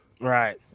right